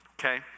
okay